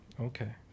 okay